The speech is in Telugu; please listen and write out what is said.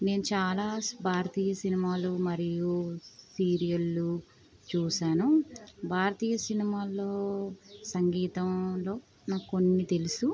నేను చాలా భారతీయ సినిమాలు మరియు సీరియళ్లు చూశాను భారతీయ సినిమాల్లో సంగీతంలో నాకు కొన్ని తెలుసు